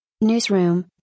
Newsroom